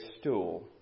stool